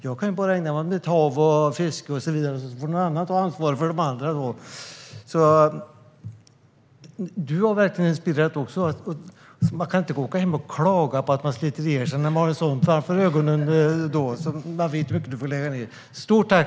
Själv kan jag ägna mig åt mitt hav, fiske och så vidare medan andra tar ansvar för annat. Även du har inspirerat mig, Jens. Man kan inte åka hem och klaga på att man sliter ihjäl sig när man har en sådan person framför ögonen. Jag vet ju hur mycket tid du får lägga ned. Stort tack!